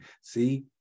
see